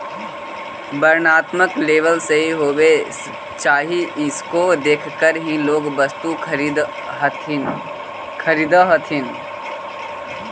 वर्णात्मक लेबल सही होवे चाहि इसको देखकर ही लोग वस्तु खरीदअ हथीन